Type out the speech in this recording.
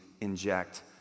inject